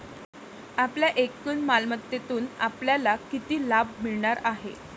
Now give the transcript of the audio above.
आपल्या एकूण मालमत्तेतून आपल्याला किती लाभ मिळणार आहे?